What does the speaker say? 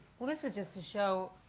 well this was just to show